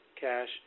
cash